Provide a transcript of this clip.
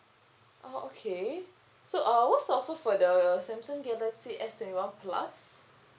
oh okay so uh what's the offer for the samsung galaxy S twenty one plus